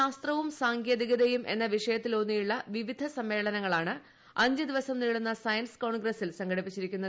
ശാസ്ത്രവും സാങ്കേതികതയും എന്ന വിഷയത്തിൽ ഊന്നിയുള്ള പ്പിവിൽ സമ്മേളനങ്ങളാണ് അഞ്ചു ദിവസം നീളുന്ന സയൻസ് ക്യോൺഗ്രസ്റ്റിൽ സംഘടിപ്പിച്ചിരിക്കുന്നത്